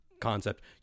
concept